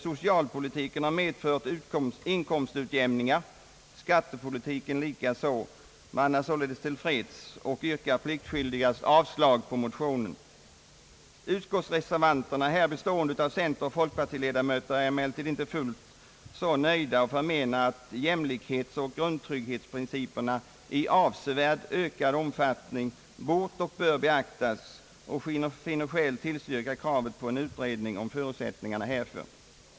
Socialpolitiken har medfört inkomstutjämningar, skat tepolitiken likaså. Utskottsmajoriteten är alltså till freds och yrkar pliktskyldigast avslag på motionen. Utskottsreservanterna, här bestående av centerns och folkpartiets representanter, är emellertid inte fullt så nöjda utan förmenar att jämlikhetsoch grundtrygghetsprincipen i avsevärt ökad omfattning bort och bör beaktas, och finner skäl tillstyrka kravet på en utredning om förutsättningarna härför.